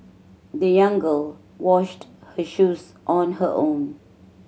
the young girl washed her shoes on her own